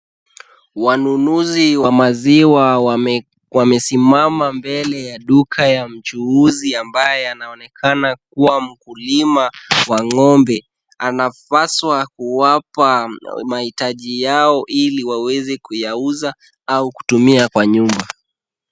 Wanunuzi wa maziwa wamesimama mbele ya duka ya mchuuzi ambaye anaonekana kuwa mkulima wa ng'ombe. Anapaswa kuwapa mahitaji yao ili waweze kuyauza au kutumia kwa nyumba.